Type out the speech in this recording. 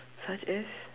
such as